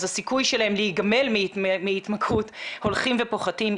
הסיכוי שלהם להיגמל מהתמכרות הולכים ופוחתים.